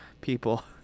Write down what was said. people